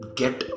get